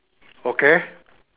okay